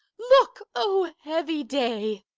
look! o heavy day!